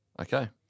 Okay